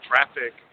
traffic